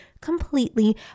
completely